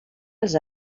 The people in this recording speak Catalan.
els